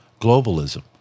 globalism